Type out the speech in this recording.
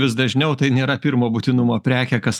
vis dažniau tai nėra pirmo būtinumo prekė kas